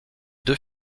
deux